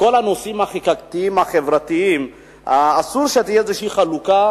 בכל הנושאים התחיקתיים החברתיים אסור שתהיה איזושהי חלוקה,